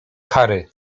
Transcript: kary